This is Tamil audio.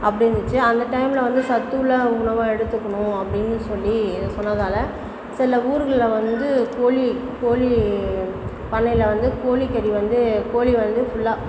அப்படி இருந்துதிச்சி அந்த டைம்மில் வந்து சத்து உள்ள உணவை எடுத்துக்கணும் அப்படின்னு சொல்லி சொன்னதால் சில ஊருகளில் வந்து கோழி கோழி பண்ணையில் வந்து கோழி கறி வந்து கோழி வந்து ஃபுல்லாக